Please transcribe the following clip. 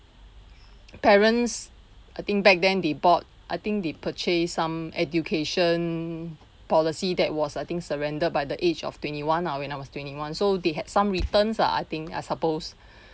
parents I think back then they bought I think they purchase some education policy that was I think surrender by the age of twenty one ah when I was twenty one so they had some returns ah I think I suppose